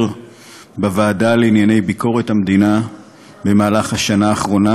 בוועדה לענייני ביקורת המדינה במהלך השנה האחרונה,